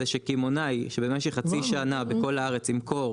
זה שקמעונאי שבמשך חצי שנה בכל הארץ ימכור